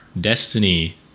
Destiny